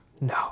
No